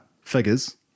figures